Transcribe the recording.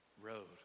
road